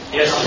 Yes